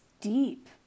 deep